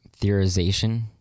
theorization